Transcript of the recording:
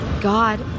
God